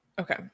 Okay